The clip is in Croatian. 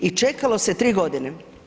I čekalo se 3 godine.